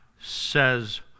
says